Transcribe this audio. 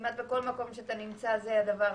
בהצלחה.